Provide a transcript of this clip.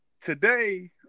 Today